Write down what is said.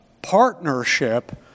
Partnership